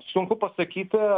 sunku pasakyti